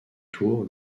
tours